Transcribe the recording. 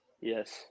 Yes